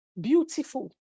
beautiful